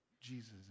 Jesus